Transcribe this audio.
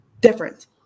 different